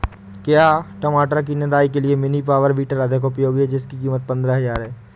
क्या टमाटर की निदाई के लिए मिनी पावर वीडर अधिक उपयोगी है जिसकी कीमत पंद्रह हजार है?